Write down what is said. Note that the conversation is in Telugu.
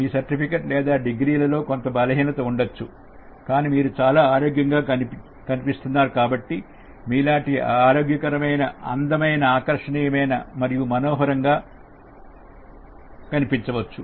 మీ సర్టిఫికెట్ లేదా డిగ్రీలలో కొంత బలహీనత ఉండవచ్చు కానీ మీరు చాలా ఆరోగ్యంగా కనిపిస్తున్నారు కాబట్టి మీలాంటి ఆరోగ్యకరమైన అందమైన ఆకర్షణీయమైన మరియు మనోహరం గా కనిపించవచ్చు